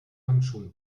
handschuhen